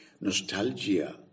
nostalgia